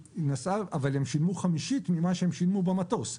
אבל הם שילמו חמישית ממה שהם שילמו במטוס.